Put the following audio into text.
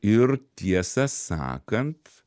ir tiesą sakant